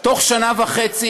בתוך שנה וחצי,